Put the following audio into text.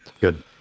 Good